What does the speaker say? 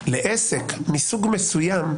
לגבי עסק מסוג מסוים,